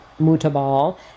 mutabal